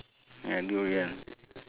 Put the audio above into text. ya durian